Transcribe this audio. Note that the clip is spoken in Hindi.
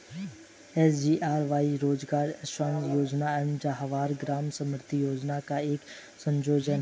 एस.जी.आर.वाई रोजगार आश्वासन योजना और जवाहर ग्राम समृद्धि योजना का एक संयोजन है